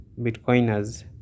bitcoiners